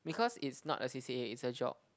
because it's not a C_C_A it's a job